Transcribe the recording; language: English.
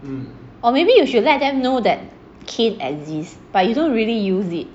or maybe you should let them know that cane exists but you don't really use it